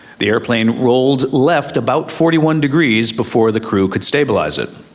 the airplane rolled left about forty one degrees before the crew could stabilize it.